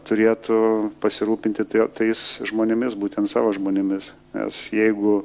turėtų pasirūpinti tais žmonėmis būtent savo žmonėmis nes jeigu